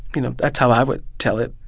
you know, that's how i would tell it,